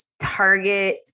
target